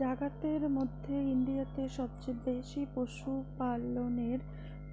জাগাতের মধ্যে ইন্ডিয়াতে সবচেয়ে বেশি পশুপালনের